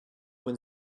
when